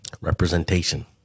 representation